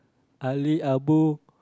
Ali Abu